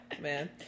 man